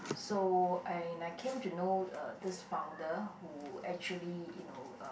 so I and I came to know uh this founder who actually you know uh